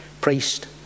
priest